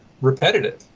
repetitive